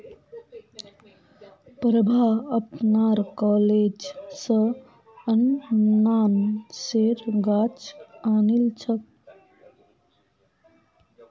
प्रभा अपनार कॉलेज स अनन्नासेर गाछ आनिल छ